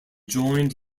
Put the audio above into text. joined